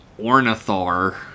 Ornithar